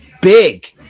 big